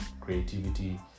creativity